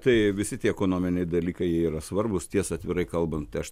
tai visi tie ekonominiai dalykai jie yra svarbūs tiesa atvirai kalbant tai aš